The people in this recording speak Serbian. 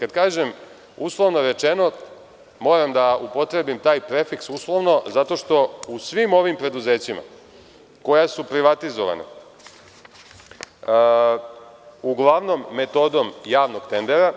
Kada kažem uslovno rečeno, moram da upotrebnim taj prefiks uslovno, zato što u svim ovim preduzećima koja su privatizovana, uglavnom metodom javnog tendera,